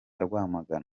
rwamagana